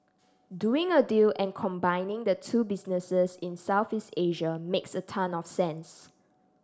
doing a deal and combining the two businesses in Southeast Asia makes a ton of sense